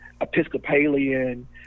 Episcopalian